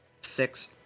Six